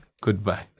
goodbye